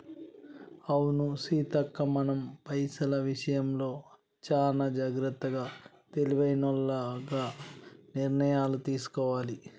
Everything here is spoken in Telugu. అవును సీతక్క మనం పైసల విషయంలో చానా జాగ్రత్తగా తెలివైనోల్లగ నిర్ణయాలు తీసుకోవాలి